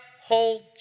hold